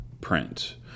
print